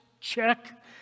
check